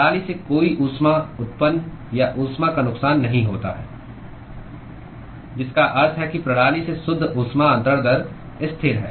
प्रणाली से कोई ऊष्मा उत्पन्न या ऊष्मा का नुकसान नहीं होता है जिसका अर्थ है कि प्रणाली से शुद्ध ऊष्मा अन्तरण दर स्थिर है